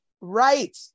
Right